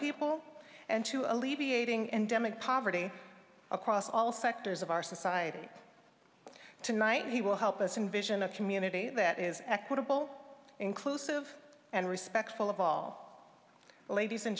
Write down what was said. people and to alleviating endemic poverty across all sectors of our society tonight he will help us in vision a community that is equitable inclusive and respectful of our ladies and